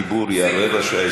היות שזכות הדיבור היא לרבע שעה,